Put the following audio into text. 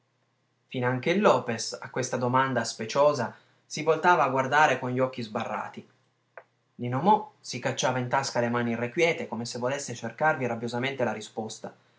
il lopes a questa domanda speciosa si voltava a guardare con gli occhi sbarrati nino mo si cacciava in tasca le mani irrequiete come se volesse cercarvi rabbiosamente la risposta